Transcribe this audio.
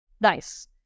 nice